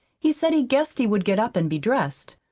he said he guessed he would get up and be dressed.